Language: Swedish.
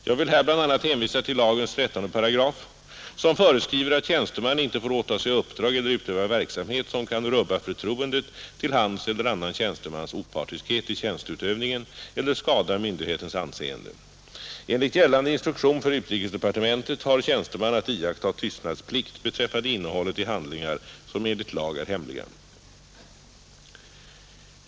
Jag vill här bl.a. hänvisa till lagens 13 §, som föreskriver att tjänsteman inte får åta sig uppdrag eller utöva verksamhet som kan rubba förtroendet till hans eller annan tjänstemans opartiskhet i tjänsteutövningen eller skada myndighetens anseende. Enligt gällande instruktion för utrikesdepartementet har tjänsteman att iaktta tystnadsplikt beträffande innehållet i handlingar som enligt lag är hemliga.